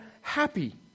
happy